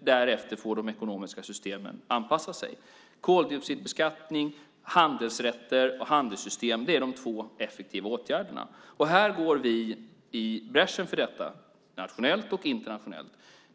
Därefter får de ekonomiska systemen anpassa sig. Koldioxidbeskattning samt handelsrätter och handelssystem är de två effektiva åtgärderna. Vi går i bräschen för detta både nationellt och internationellt.